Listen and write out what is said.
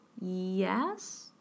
Yes